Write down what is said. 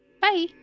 Bye